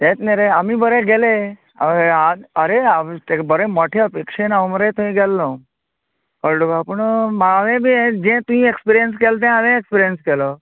तेत न्ही रे आमी बरें गेले होय आत आरे तेका बरें मोठे अपेक्षेन हांव मरे थंय गेल्लों कळ्ळे तुका पूण हांवें बी तुवें एक्पिरियन्स केलें तें हांवेंय एक्पिरियन्स केलो